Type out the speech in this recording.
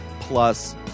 Plus